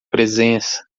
presença